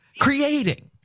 creating